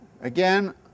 Again